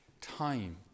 time